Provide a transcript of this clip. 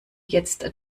jetzt